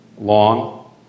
long